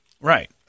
Right